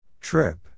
Trip